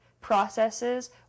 processes